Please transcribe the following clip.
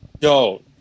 Yo